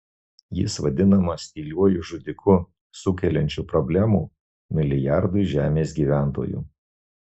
jis vadinamas tyliuoju žudiku sukeliančiu problemų milijardui žemės gyventojų